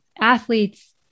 athletes